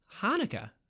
Hanukkah